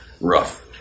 rough